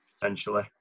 potentially